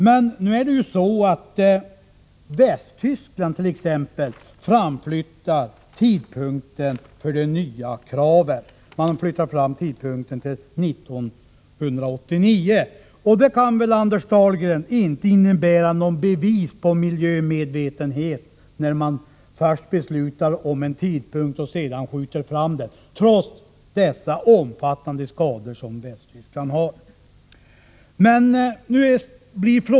Men nu senarelägger t.ex. Västtyskland tidpunkten för de nya kraven till 1989. Den kan väl, Anders Dahlgren, inte innebära något bevis på miljömedvetenhet när man där först beslutar om en tidpunkt och sedan skjuter fram den, trots de omfattande skador som Västtyskland har.